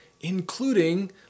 including